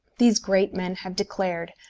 these great men have declared,